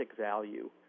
value